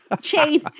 chain